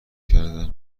کردن